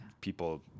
people